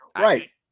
right